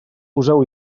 poseu